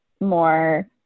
more